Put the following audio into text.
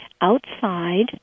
outside